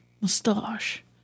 mustache